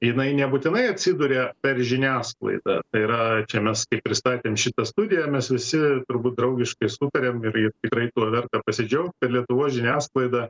jinai nebūtinai atsiduria per žiniasklaidą tai yra čia mes pristatėm šitą studiją mes visi turbūt draugiškai sutarėm ir ji tikrai tuo verta pasidžiaugti lietuvos žiniasklaida